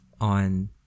on